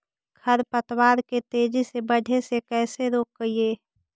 खर पतवार के तेजी से बढ़े से कैसे रोकिअइ?